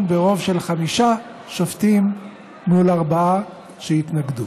ברוב של חמישה שופטים מול ארבעה שהתנגדו.